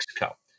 Mexico